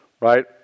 right